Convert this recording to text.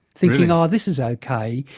thinking ah this is okay,